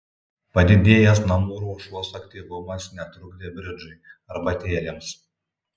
padidėjęs namų ruošos aktyvumas netrukdė bridžui arbatėlėms